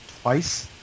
twice